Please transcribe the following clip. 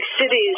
cities